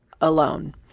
alone